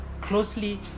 closely